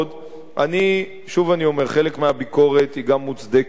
שוב אני אומר, חלק מהביקורת היא גם מוצדקת, עלינו,